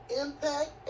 Impact